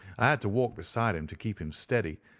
i had to walk beside him to keep him steady,